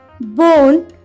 bone